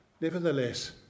nevertheless